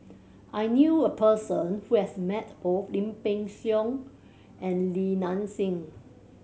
I knew a person who has met both Lim Peng Siang and Li Nanxing